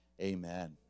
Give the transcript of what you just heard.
amen